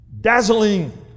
dazzling